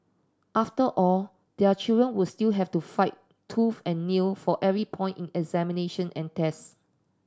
after all their children would still have to fight tooth and nail for every point in examination and test